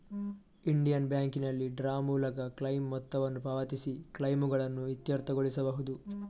Indian ಬ್ಯಾಂಕಿನಲ್ಲಿ ಡ್ರಾ ಮೂಲಕ ಕ್ಲೈಮ್ ಮೊತ್ತವನ್ನು ಪಾವತಿಸಿ ಕ್ಲೈಮುಗಳನ್ನು ಇತ್ಯರ್ಥಗೊಳಿಸಬಹುದು